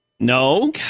No